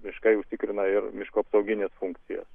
miškai užtikrina ir miško apsaugines funkcijas